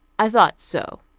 i thought so.